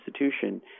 institution